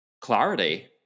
clarity